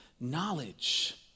knowledge